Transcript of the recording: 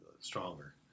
stronger